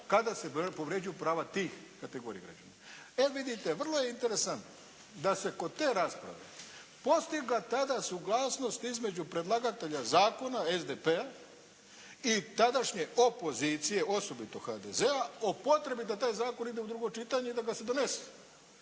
kada se povređuju prava tih kategorija građana. E vidite, vrlo je interesantno da se kod te rasprave postigla tada suglasnost između predlagatelja zakona SDP-a i tadašnje opozicije, osobito HDZ-a o potrebi da taj zakon ide u drugo čitanje i da ga se donese.